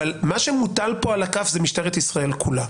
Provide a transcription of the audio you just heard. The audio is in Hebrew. מה שמוטל פה על הכף זה משטרת ישראל כולה,